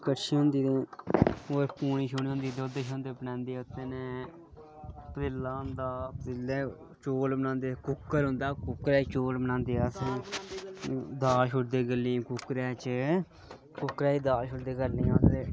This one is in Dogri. कड़शी होंदी ते पूनी होंदी दुद्ध शुद्ध पूनदें ओह्दै कन्नै पतीला होंदा पतीलै चौल बनांदे कूकर होंदा कूकरै च चौल बनांदे अस दाल शूड़दे अस कूकरै च